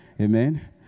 Amen